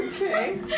okay